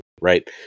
right